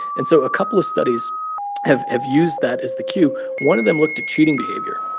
and so a couple of studies have have used that as the cue. one of them looked at cheating behavior.